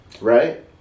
right